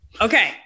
Okay